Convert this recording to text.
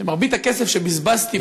שמרבית הכסף שבזבזתי בחיי,